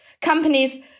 companies